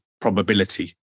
probability